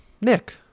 Nick